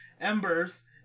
embers